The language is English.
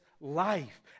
life